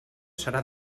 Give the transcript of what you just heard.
serà